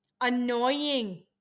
Annoying